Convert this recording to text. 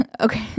okay